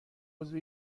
عضو